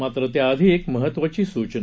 मात्र त्याआधी एक महत्त्वाची सूचना